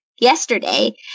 yesterday